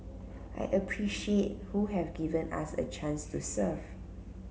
I appreciate who have given us a chance to serve